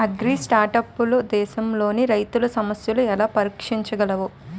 అగ్రిస్టార్టప్లు దేశంలోని రైతుల సమస్యలను ఎలా పరిష్కరించగలవు?